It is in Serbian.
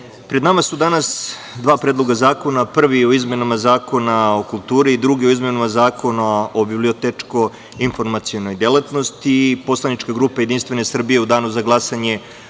pred nama su danas dva predloga zakona, prvi o izmenama Zakona o kulturi i drugi o izmenama Zakona o bibliotečko-informacionoj delatnosti i poslanička grupa Jedinstvene Srbije u danu za glasanje